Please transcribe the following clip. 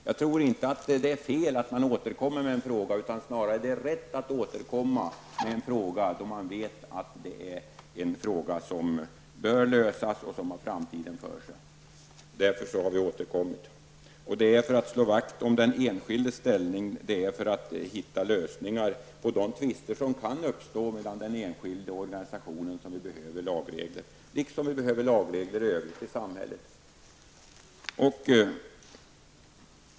Jag tror inte att det är fel att återkomma till en fråga. Det är snarare rätt att återkomma till en fråga när man vet att det är en fråga som bör lösas och som har framtiden för sig. Därför har vi återkommit. Det är för att slå vakt om den enskildes ställning, för att hitta lösningar på de tvister som kan uppstå mellan den enskilde och organisationen, som vi behöver lagregler -- på samma sätt som vi behöver lagregler i samhället i övrigt.